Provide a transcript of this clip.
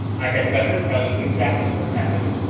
i had better tell you exactly what happened,